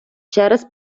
через